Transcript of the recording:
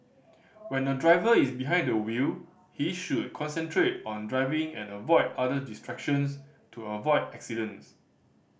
when a driver is behind the wheel he should concentrate on driving and avoid other distractions to avoid accidents